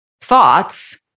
thoughts